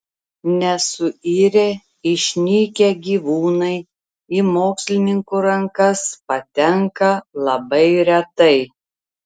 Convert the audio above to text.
nesuirę išnykę gyvūnai į mokslininkų rankas patenka labai retai